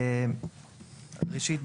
ראשית,